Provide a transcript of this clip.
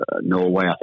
Norway